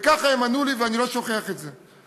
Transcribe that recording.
וכך הם ענו לי, ואני לא שוכח את זה: